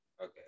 Okay